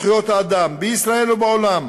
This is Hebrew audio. זכויות האדם בישראל ובעולם